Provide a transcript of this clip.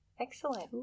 excellent